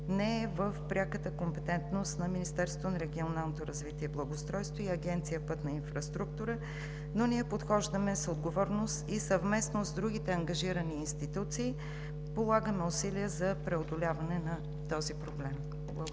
и благоустройството и Агенция „Пътна инфраструктура“, но ние подхождаме с отговорност и съвместно с другите ангажирани институции полагаме усилия за преодоляване на този проблем.